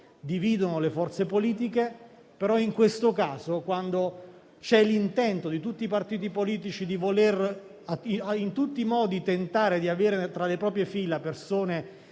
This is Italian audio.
dividono le forze politiche, però in tal caso c'è l'intento di tutti i partiti politici di tentare in tutti i modi di avere tra le proprie fila persone